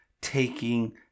taking